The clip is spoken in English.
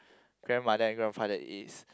grandmother and grandfather is